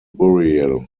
burial